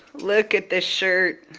look at this shirt.